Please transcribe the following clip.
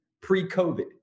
pre-COVID